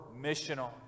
missional